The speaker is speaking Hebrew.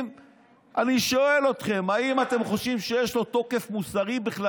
אני שואל אתכם: האם אתם חושבים שיש לו תוקף מוסרי בכלל